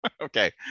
okay